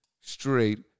straight